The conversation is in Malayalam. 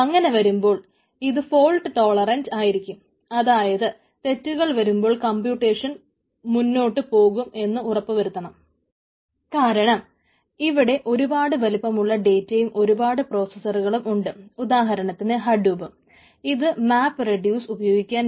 അങ്ങനെ വരുമ്പോൾ ഇത് ഫോൾട്ട് ടോളറന്റ് സൂക്ഷിക്കുന്നത്